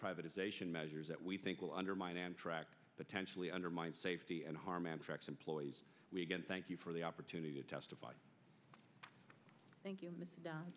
privatization measures that we think will undermine amtrak potentially undermine safety and harm amtrak employees again thank you for the opportunity to testify